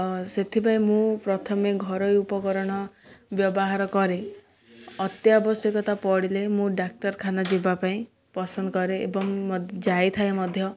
ସେଥିପାଇଁ ମୁଁ ପ୍ରଥମେ ଘରୋଇ ଉପକରଣ ବ୍ୟବହାର କରେ ଅତ୍ୟାବଶ୍ୟକତା ପଡ଼ିଲେ ମୁଁ ଡାକ୍ତରଖାନା ଯିବାପାଇଁ ପସନ୍ଦ କରେ ଏବଂ ଯାଇଥାଏ ମଧ୍ୟ